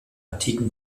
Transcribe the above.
antiken